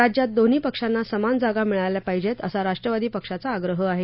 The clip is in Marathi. राज्यात दोन्ही पक्षांना समान जागा मिळाल्या पाहिजेत असा राष्ट्रवादी पक्षाचा आग्रह आहे